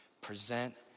present